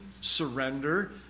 surrender